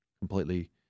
completely